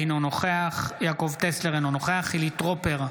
אינו נוכח יעקב טסלר, אינו נוכח חילי טרופר,